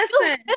listen